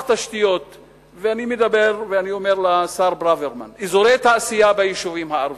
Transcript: אני מדבר ואומר לשר ברוורמן: אזורי תעשייה ביישובים הערביים,